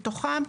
מתוכם,